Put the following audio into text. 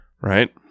right